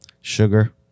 sugar